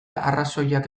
arrazoiak